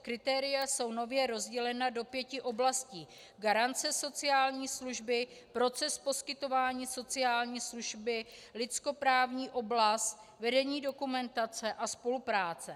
Kritéria jsou nově rozdělena do pěti oblastí: garance sociální služby, proces poskytování sociální služby, lidskoprávní oblast, vedení dokumentace a spolupráce.